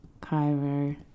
Cairo